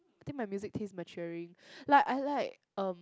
I think my music taste maturing like I like um